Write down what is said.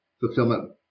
fulfillment